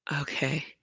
Okay